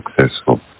successful